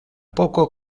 poco